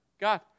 God